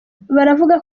baravuga